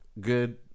good